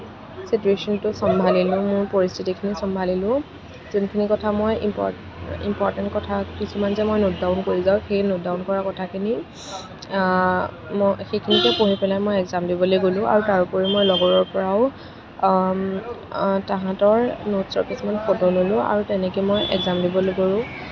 ছিটুৱেশ্যনটো চম্ভালিলোঁ মোৰ পৰিস্থিতিখিনি চম্ভালিলোঁ যোনখিনি কথা মই ইম্পৰ ইম্পৰ্টেণ্ট কথা কিছুমান যে মই নোট ডাউন কৰি যাওঁ সেই নোট ডাউন কৰা কথাখিনি মই সেইখিনিকে পঢ়ি পেলাই মই একজাম দিবলৈ গ'লোঁ আৰু তাৰোপৰি মই লগৰৰ পৰাও তাহাঁতৰ নোটছৰ কিছুমান ফটো ল'লোঁ আৰু তেনেকৈয়ে মই একজাম দিবলৈ গ'লোঁ